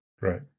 Right